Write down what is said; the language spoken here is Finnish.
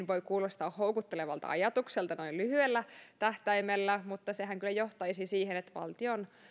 voi kuulostaa houkuttelevalta ajatukselta noin lyhyellä tähtäimellä mutta sehän kyllä johtaisi siihen että valtion